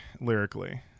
lyrically